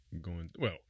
going—well